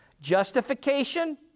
justification